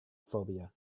phobia